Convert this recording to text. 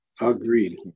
Agreed